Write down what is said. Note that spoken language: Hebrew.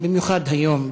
במיוחד היום,